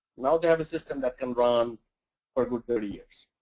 now, they have a system that can run for a good thirty years.